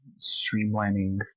streamlining